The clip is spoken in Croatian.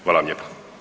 Hvala vam lijepa.